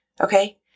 Okay